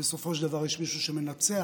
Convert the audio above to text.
שבסופו של דבר יש מישהו שמנצח